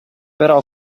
però